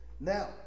Now